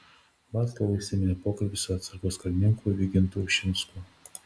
vaclavui įsiminė pokalbis su atsargos karininku vygintu ušinsku